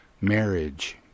marriage